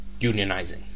unionizing